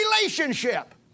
relationship